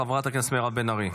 חברת הכנסת מירב בן ארי.